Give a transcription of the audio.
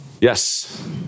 Yes